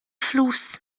flus